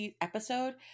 episode